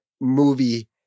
movie